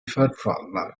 farfalla